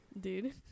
Dude